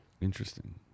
Interesting